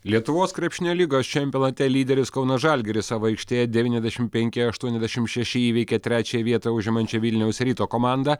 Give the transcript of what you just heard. lietuvos krepšinio lygos čempionate lyderis kauno žalgiris savo aikštėje devyniasdešimt penki aštuoniasdešimt šeši įveikė trečiąją vietą užimančią vilniaus ryto komandą